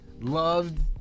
loved